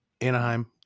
anaheim